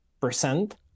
percent